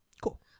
Cool